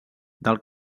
del